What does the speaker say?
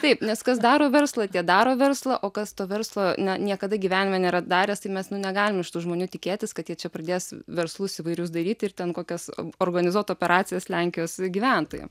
taip nes kas daro verslą tie daro verslą o kas to verslo ne niekada gyvenime nėra daręs tai mes negalim iš tų žmonių tikėtis kad jie čia pradės verslus įvairius daryti ir ten kokias organizuot operacijas lenkijos gyventojam